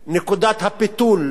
נקודת הפיתול,